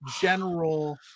general